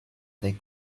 they